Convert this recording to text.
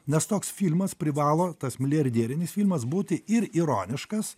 nes toks filmas privalo tas milijardierinis filmas būti ir ironiškas